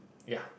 ya